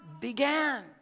began